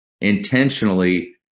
intentionally